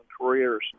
careers